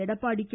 Edappadi K